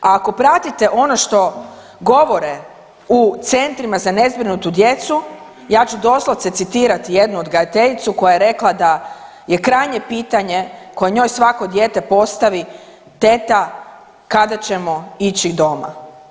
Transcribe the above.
A ako pratite ono što govore u centrima za nezbrinutu djecu, ja ću doslovce citirati jednu odgajateljicu koja je rekla da je krajnje pitanje koje njoj svako dijete postavi, teta kada ćemo ići doma.